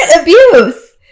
abuse